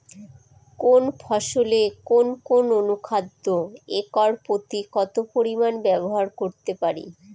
কোন ফসলে কোন কোন অনুখাদ্য একর প্রতি কত পরিমান ব্যবহার করতে পারি?